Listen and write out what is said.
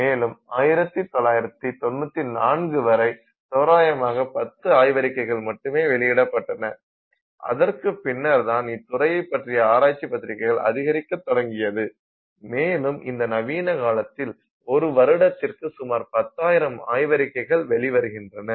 மேலும் 1994 வரை தோராயமாக 10 ஆய்வறிக்கைகள் மட்டுமே வெளியிடபட்டன அதற்குப் பின்னர்தான் இத்துறையை பற்றிய ஆராய்ச்சி பத்திரிக்கைகள் அதிகரிக்க தொடங்கியது மேலும் இந்த நவீன காலத்தில் ஒரு வருடத்திற்கு சுமார் பத்தாயிரம் ஆய்வறிக்கைகள் வெளிவருகின்றன